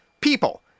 People